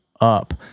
up